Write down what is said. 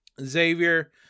Xavier